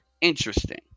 Interesting